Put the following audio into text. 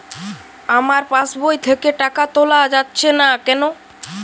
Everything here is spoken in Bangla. আমার পাসবই থেকে টাকা তোলা যাচ্ছে না কেনো?